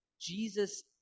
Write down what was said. Jesus